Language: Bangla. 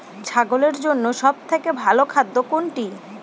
ছাগলের জন্য সব থেকে ভালো খাদ্য কোনটি?